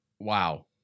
Wow